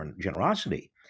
generosity